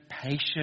patient